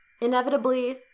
Inevitably